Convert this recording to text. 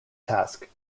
task